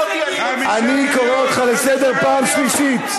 אני קורא אותך לסדר פעם שלישית.